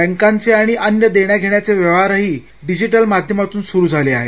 बँकांचे आणि अन्य देण्याघेण्याचे व्यवहारही डिजिटल माध्यमातून सुरु झाले आहेत